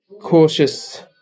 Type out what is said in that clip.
cautious